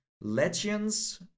Legends